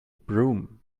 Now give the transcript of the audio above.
broom